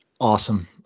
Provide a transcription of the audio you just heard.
awesome